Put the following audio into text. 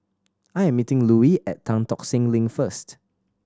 I am meeting Louie at Tan Tock Seng Link first